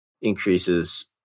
increases